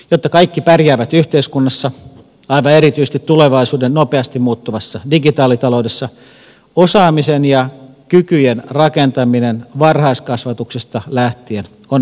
jotta kaikki pärjäävät yhteiskunnassa aivan erityisesti tulevaisuuden nopeasti muuttuvassa digitaalitaloudessa osaaminen ja kykyjen rakentaminen varhaiskasvatuksesta lähtien on avainasemassa